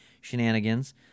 shenanigans